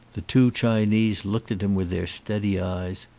the two chinese looked at him with their steady eyes.